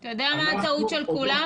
אתה יודע מה הטעות של כולם?